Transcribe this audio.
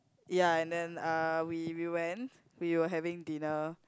ya and then uh we we went we were having dinner